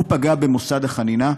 פגע במוסד החנינה?